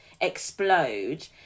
explode